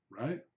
right